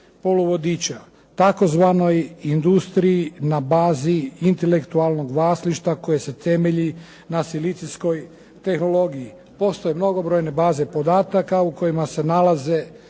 poluvodiča tzv. industriji na bazi intelektualnog vlasništva koje se temelji na silicijskoj tehnologiji. Postoje mnogobrojne baze podataka u kojima se nalaze